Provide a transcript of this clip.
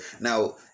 Now